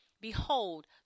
behold